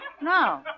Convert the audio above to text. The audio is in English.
No